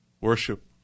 worship